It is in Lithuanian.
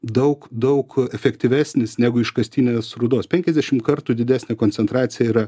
daug daug efektyvesnis negu iškastinės rūdos penkiasdešimt kartų didesnė koncentracija yra